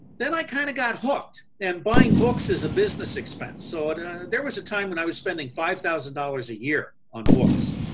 then i kind of got hooked and buying books is a business expense, so there was a time when i was spending five thousand dollars a year on books.